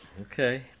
Okay